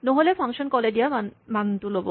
নহ'লে function call এ দিয়া মানটো ল'ব